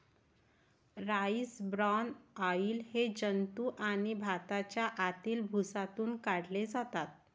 rice bran oil हे जंतू आणि भाताच्या आतील भुसातून काढले जाते